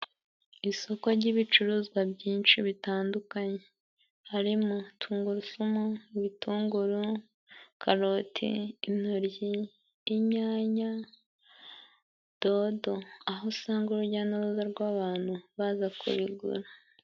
Isoko ry'ibicuruzwa byinshi bitandukanye harimo: tungurusumu, Ibitunguru, karoti, intoryi, inyanya, dodo, aho usanga urujya n'uruza rw'abantu baza kubigura.